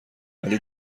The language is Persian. ولی